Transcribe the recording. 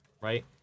right